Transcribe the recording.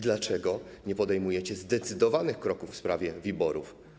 Dlaczego nie podejmujecie zdecydowanych kroków w sprawie WIBOR-u?